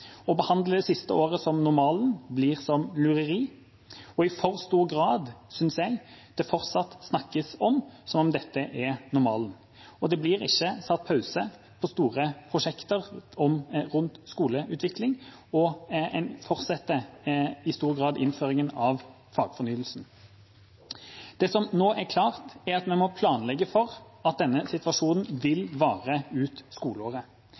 Å behandle det siste året som normalen blir lureri. Jeg synes det i for stor grad fortsatt snakkes som om dette er normalen. Store prosjekter om skoleutvikling blir ikke satt på pause, og en fortsetter i stor grad innføringen av fagfornyelsen. Det som nå er klart, er at vi må planlegge for at denne situasjonen vil vare ut skoleåret.